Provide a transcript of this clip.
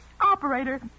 Operator